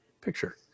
picture